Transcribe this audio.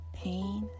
pain